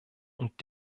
und